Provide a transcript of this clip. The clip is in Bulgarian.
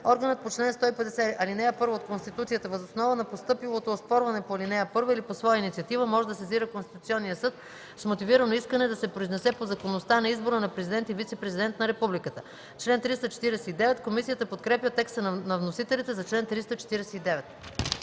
органът по чл. 150, ал. 1 от Конституцията въз основа на постъпилото оспорване по ал. 1 или по своя инициатива може да сезира Конституционния съд с мотивирано искане да се произнесе по законността на избора на президент и вицепрезидент на републиката.” Комисията подкрепя текста на вносителите за чл. 349.